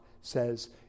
says